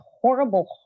horrible